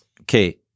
Okay